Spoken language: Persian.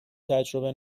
تجربه